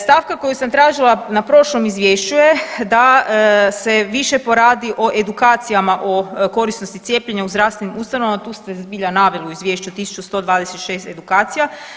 Stavka koju sam zatražila na prošlom izvješću da se više poradi o edukacijama o korisnosti cijepljenja u zdravstvenim ustanovama tu ste zbilja naveli u izvješću 1126 edukacija.